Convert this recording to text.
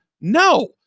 No